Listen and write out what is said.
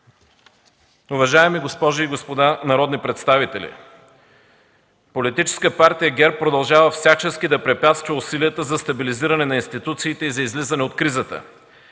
Уважаеми госпожи и господа народни представители! Политическа партия ГЕРБ продължава всячески да препятства усилията за стабилизиране на институциите и за излизане от кризата.